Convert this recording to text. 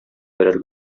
берәр